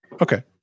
Okay